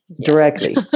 Directly